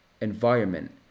environment